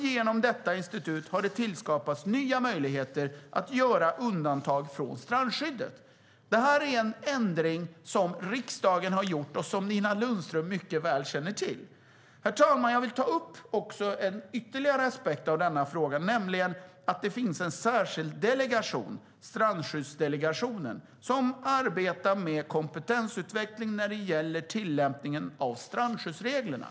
Genom detta institut har det tillskapats nya möjligheter att göra undantag från strandskyddet. Det är en ändring som riksdagen har gjort och som Nina Lundström mycket väl känner till. Herr talman! Jag vill ta upp ytterligare en aspekt av denna fråga, nämligen att det finns en särskild delegation, Strandskyddsdelegationen, som arbetar med kompetensutveckling när det gäller tillämpningen av strandskyddsreglerna.